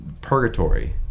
purgatory